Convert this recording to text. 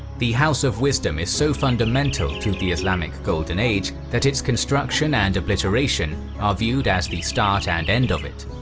the house of wisdom is so fundamental to the islamic golden age that its construction and obliteration are viewed as the start and end of it.